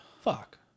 Fuck